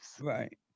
Right